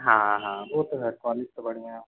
हाँ हाँ वो तो है कॉलेज तो बढ़िया